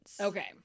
Okay